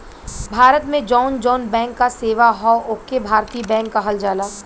भारत में जौन जौन बैंक क सेवा हौ ओके भारतीय बैंक कहल जाला